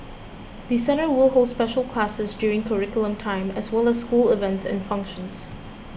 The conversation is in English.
the centre will hold special classes during curriculum time as well as school events and functions